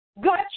good